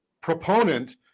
proponent